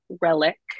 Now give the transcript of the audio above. relic